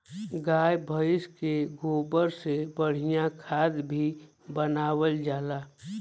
गाय भइस के गोबर से बढ़िया खाद भी बनावल जाला